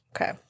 Okay